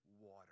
water